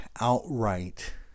outright